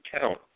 count